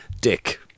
Dick